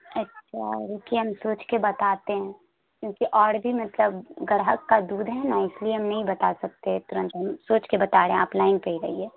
اچھا رکیے ہم سوچ کے بتاتے ہیں کیوںکہ اور بھی مطلب گراہک کا دودھ ہے نا اس لیے ہم نہیں بتا سکتے اتنا جلدی سوچ کے بتا رہے ہیں آپ لائن پہ ہی رہیے